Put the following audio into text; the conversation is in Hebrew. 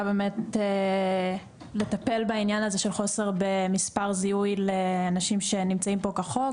באמת לטפל בעניין הזה של חוסר במספר זיהוי לאנשים שנמצאים פה כחוק,